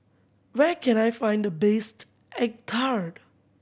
where can I find the best egg tart